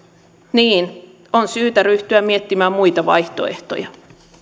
on syytä ryhtyä miettimään muita vaihtoehtoja